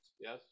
Yes